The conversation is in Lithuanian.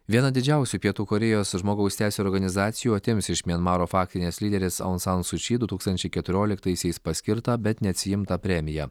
viena didžiausių pietų korėjos žmogaus teisių organizacijų atims iš mianmaro faktinės lyderės on san su či du tūkstančiai keturioliktaisiais paskirtą bet neatsiimtą premiją